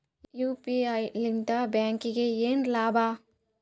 UPI ಲಿಂದ ಬ್ಯಾಂಕ್ಗೆ ಏನ್ ಲಾಭ?